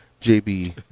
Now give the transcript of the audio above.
JB